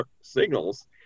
signals